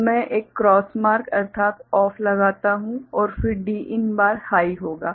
तो मैं एक क्रॉस मार्क अर्थात ऑफ लगाता हूँ और फिर Din बार हाइ होगा